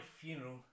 funeral